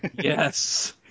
Yes